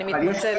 אני מתנצלת.